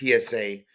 PSA